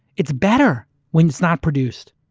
it's better when it's not produced,